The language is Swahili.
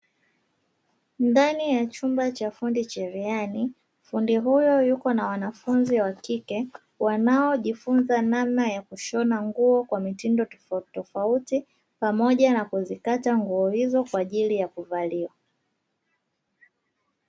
Ndani ya chumba cha fundi cherehani, fundi huyo yuko na wanafunzi wa kike wanaojifunza namna ya kushona nguo kwa mitindo tofauti tofauti, pamoja na kuzikata nguo hizo kwa ajili ya kuvaliwa.